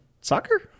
soccer